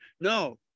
No